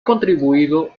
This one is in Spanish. contribuido